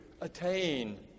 attain